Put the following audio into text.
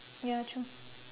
ya true